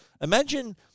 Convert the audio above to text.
Imagine